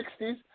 60s